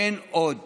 אין עוד